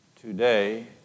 today